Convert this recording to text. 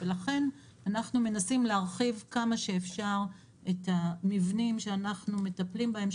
ולכן אנחנו מנסים להרחיב כמה שאפשר את המבנים שאנחנו מטפלים בהם,